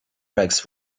rex